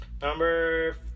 Number